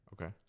Okay